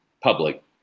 public